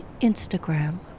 Instagram